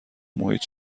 محیط